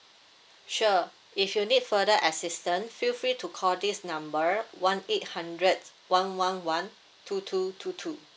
sure if you need further assistant feel free to call this number one eight hundred one one one two two two two